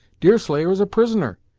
deerslayer is a prisoner,